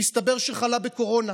חלה בקורונה.